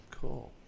Cool